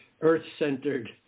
earth-centered